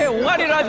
ah why did